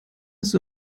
ist